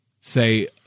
say